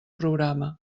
programa